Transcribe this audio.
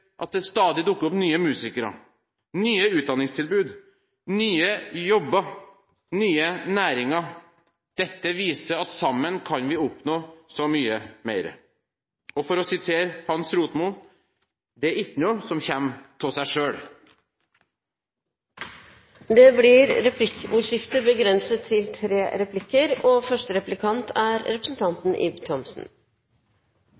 det stadig dukker opp nye musikere, nye utdanningstilbud, nye jobber, nye næringer. Dette viser at sammen kan vi oppnå så mye mer. For å sitere Hans Rotmo: «Det e itjnå som kjem tå sæ sjøl». Det blir replikkordskifte. Det virker som om en del norske eliteserieklubber i Norge i dag tolker det slik at de er